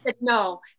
no